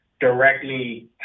directly